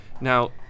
Now